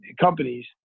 companies